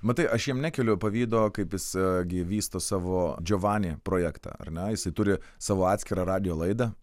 matai aš jam nekeliu pavydo kaip jis gi vysto savo džiovani projektą ar ne jisai turi savo atskirą radijo laidą